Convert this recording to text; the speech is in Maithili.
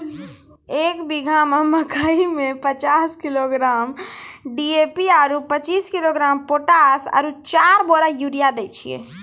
एक बीघा मे मकई मे पचास किलोग्राम डी.ए.पी आरु पचीस किलोग्राम पोटास आरु चार बोरा यूरिया दैय छैय?